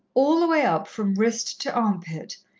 all the way up from wrist to armpit,